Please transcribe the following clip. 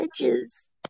edges